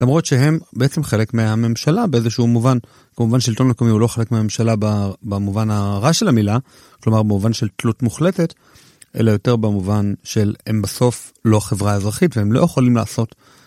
למרות שהם בעצם חלק מהממשלה באיזשהו מובן, כמובן שלטון מקומי הוא לא חלק מהממשלה במובן הרע של המילה, כלומר במובן של תלות מוחלטת, אלא יותר במובן שהם בסוף לא חברה אזרחית והם לא יכולים לעשות.